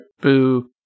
Boo